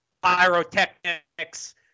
pyrotechnics